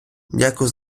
дякую